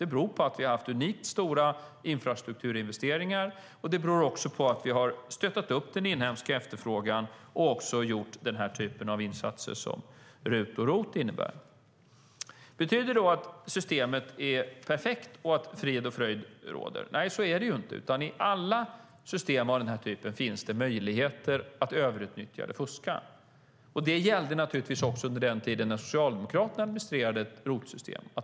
Det beror på att vi har haft unikt stora infrastrukturinvesteringar, stöttat den inhemska efterfrågan och gjort den typ av insatser som RUT och ROT innebär. Betyder det att systemet är perfekt och att frid och fröjd råder? Nej, så är det inte, utan i alla system av den här typen finns det möjligheter att överutnyttja eller fuska. Det gällde även under den tid då Socialdemokraterna administrerade ett ROT-system.